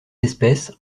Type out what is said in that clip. espèces